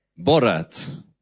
Borat